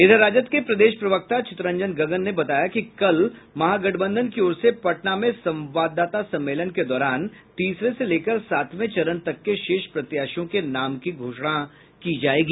इधर राजद के प्रदेश प्रवक्ता चितरंजन गगन ने बताया कि कल महागठबंधन की ओर से पटना में संवाददाता सम्मेलन के दौरान तीसरे से लेकर सातवें चरण तक के शेष प्रत्याशियों के नाम की घोषणा की जायेगी